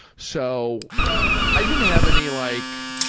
so i didn't have any like,